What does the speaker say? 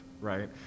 right